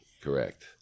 correct